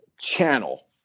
channel